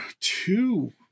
two